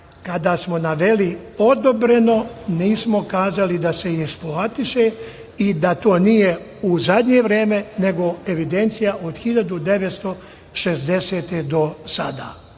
kada smo naveli - odobreno, nismo kazali da se i eksploatiše i da to nije u zadnje vreme, nego evidencija od 1960. godine